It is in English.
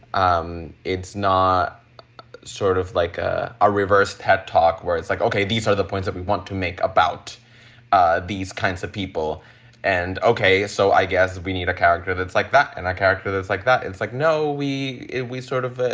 um it's not sort of like a ah reverse ted talk where it's like, ok, these are the points that we want to make about ah these kinds of people and ok. so i guess we need a character that's like that and a character that's like that. it's like, no, we we sort of.